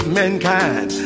mankind